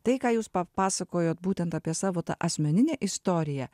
tai ką jūs papasakojot būtent apie savo tą asmeninę istoriją